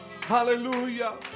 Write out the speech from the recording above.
Hallelujah